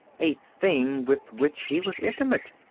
a thing with which he was intimate.